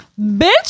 Bitch